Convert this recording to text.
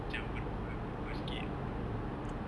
macam berbual berbual sikit